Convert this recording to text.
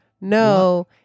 No